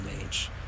age